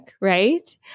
right